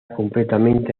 completamente